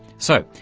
so,